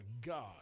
God